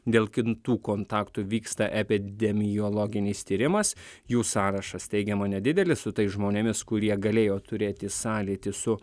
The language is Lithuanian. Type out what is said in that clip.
dėl kitų kontaktų vyksta epidemiologinis tyrimas jų sąrašas teigiama nedidelis su tais žmonėmis kurie galėjo turėti sąlytį su